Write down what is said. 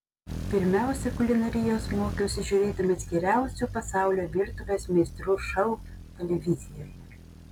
pirmiausia kulinarijos mokiausi žiūrėdamas geriausių pasaulio virtuvės meistrų šou televizijoje